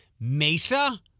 Mesa